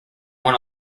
won